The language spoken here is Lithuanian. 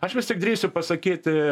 aš vis tiek drįsiu pasakyti